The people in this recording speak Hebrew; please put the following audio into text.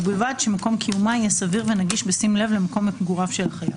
ובלבד שמקום קיומה יהיה סביר ונגיש בשים לב למקום מגוריו של החייב.